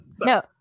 No